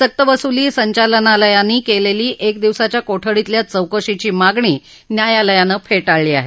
सक्तवसूली संचालनालयाने केलेली एक दिवसाच्या कोठडीतल्या चौकशीची मागणी न्यायालयानं फेटाळली आहे